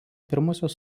pirmosios